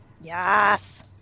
Yes